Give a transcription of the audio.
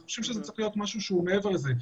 אנחנו חושבים שזה צריך להיות משהו שהוא מעבר לזה,